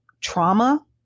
trauma